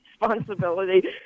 responsibility